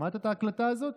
שמעת את ההקלטה הזאת?